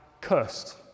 cursed